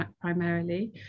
primarily